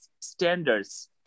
standards